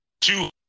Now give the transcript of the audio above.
Two